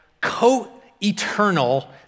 co-eternal